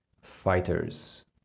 Fighters